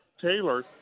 Taylor